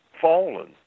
fallen